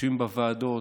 יושבים בוועדות,